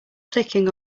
clicking